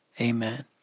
Amen